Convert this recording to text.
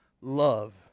love